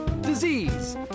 disease